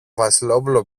βασιλόπουλο